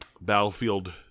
Battlefield